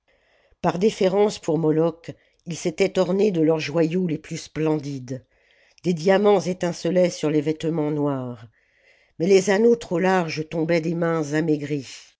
par déférence pour moloch ils s'étaient ornés de leurs joyaux les plus splendides des diamants étincelaient sur les vêtements noirs mais les anneaux trop larges tombaient des mains amaigries